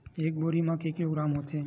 एक बोरी म के किलोग्राम होथे?